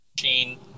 machine